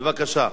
בבקשה,